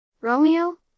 Romeo